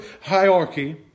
hierarchy